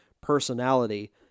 personality